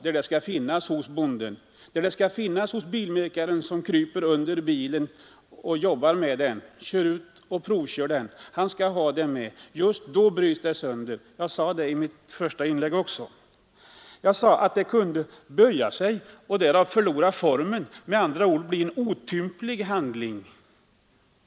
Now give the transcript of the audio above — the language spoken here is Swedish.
Kortet skall ju medföras av bonden och av bilmekanikern som kryper under bilen när han jobbar med den och som sedan provkör fordonet. Jag sade också att kortet kan böja sig och förlora formen, med andra ord bli otympligt.